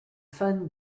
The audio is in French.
fan